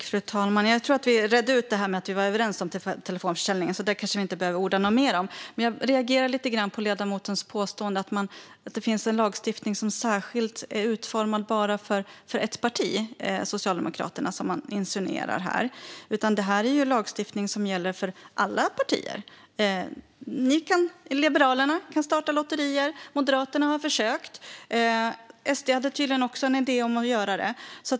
Fru talman! Jag tror att vi redde ut att vi är överens om telefonförsäljningen, så det behöver vi kanske inte orda mer om. Men jag reagerade lite på ledamotens påstående att det finns en lagstiftning utformad särskilt för ett parti - Socialdemokraterna -, vilket han insinuerade här. Det här är ju lagstiftning som gäller för alla partier. Liberalerna kan starta lotterier. Moderaterna har försökt. Sverigedemokraterna hade tydligen också en idé om att göra det.